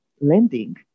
lending